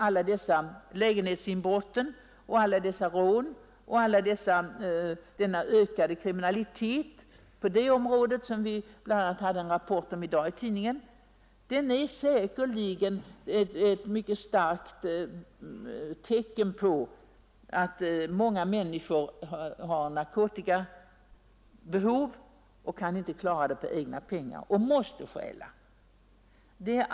Alla dessa lägenhetsinbrott och rån och hela den ökade kriminaliteten på detta område, som vi senast i dag läste en rapport om i tidningen, beror säkerligen på att många människor har ett narkotikabehov som de inte kan tillgodose på annat sätt utan måste stjäla till.